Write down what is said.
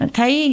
Thấy